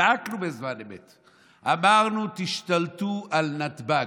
זעקנו בזמן אמת, אמרנו: 'תשתלטו על נתב"ג'.